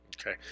okay